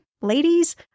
ladies